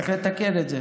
צריך לתקן את זה.